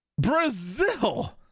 Brazil